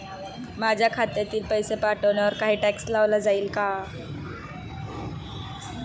माझ्या खात्यातील पैसे पाठवण्यावर काही टॅक्स लावला जाईल का?